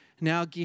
Now